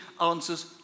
answers